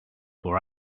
for